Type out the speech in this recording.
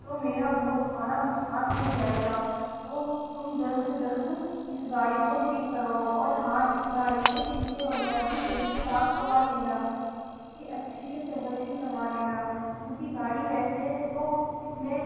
تو میرا بہت سارا نقصان ہو جائے گا تو تم جلد سے جلد اس گاڑی کو ٹھیک کرواؤ اور ہاں اس گاڑی کے شیشے وغیرہ بھی صحیح سے صاف کروا لینا اس کی اچھی سے سروسنگ کروا لینا کیونکہ گاڑی ویسے تو اس میں